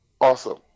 Awesome